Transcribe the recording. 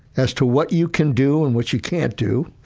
as to what you can do and what you can't do,